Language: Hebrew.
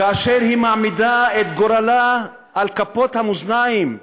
כאשר היא מעמידה את גורלה על כפות המאזניים,